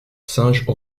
singe